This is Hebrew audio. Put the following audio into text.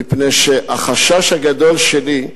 מפני שהחשש הגדול שלי,